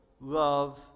love